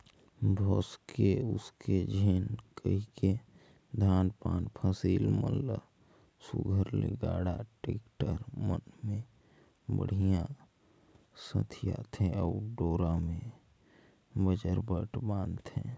भोसके उसके झिन कहिके धान पान फसिल मन ल सुग्घर ले गाड़ा, टेक्टर मन मे बड़िहा सथियाथे अउ डोरा मे बजरबट बांधथे